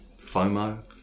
FOMO